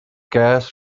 gas